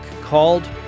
called